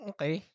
Okay